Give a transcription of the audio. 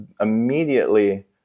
immediately